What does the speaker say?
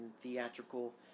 theatrical